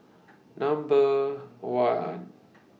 Number one